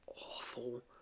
awful